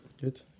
Good